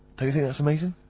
you think that's amazing?